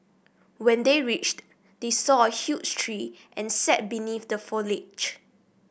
when they reached they saw a huge tree and sat beneath the foliage